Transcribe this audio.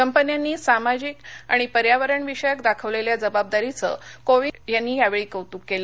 कंपन्यांनी सामाजिक आणि पर्यावरण विषयक दाखवलेल्या जबाबदारीचं कोविंद यांनी यावेळी कौतूक केलं